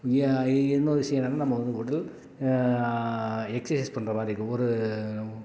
ய இன்னொரு விஷயம் என்னென்னால் நம்ம வந்து உடல் எக்சஸைஸ் பண்ணுற மாதிரி இருக்குது ஒரு